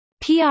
PR